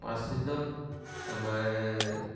পাঁচদিনত আমাৰ